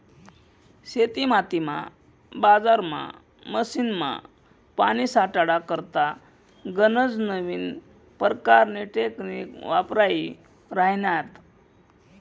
शेतीमातीमा, बजारमा, मशीनमा, पानी साठाडा करता गनज नवीन परकारनी टेकनीक वापरायी राह्यन्यात